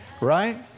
right